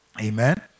amen